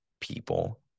people